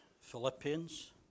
Philippians